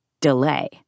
delay